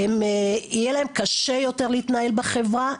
יהיה להם קשה יותר להתנהל בחברה,